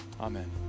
amen